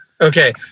Okay